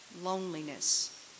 loneliness